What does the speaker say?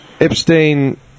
Epstein